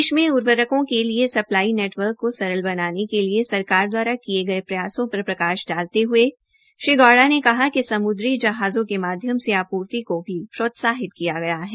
देश में उर्वरकों के लिए सप्लाई नेटवर्क को सरल बनाने के लिए सरकार द्वारा किए गए प्रयासों पर प्रकाश डालते हुए श्री गौड़ा ने कहा कि समुद्री जहाजों के माध्यम से आपूर्ति को भी प्रोत्साहित किया गया है